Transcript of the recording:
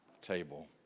table